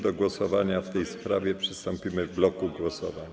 Do głosowania w tej sprawie przystąpimy w bloku głosowań.